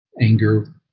Anger